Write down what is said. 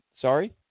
sorry